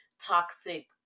toxic